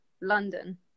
London